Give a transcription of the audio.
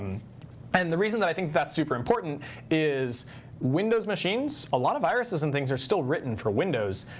and the reason that i think that's super important is windows machines, a lot of viruses and things are still written for windows.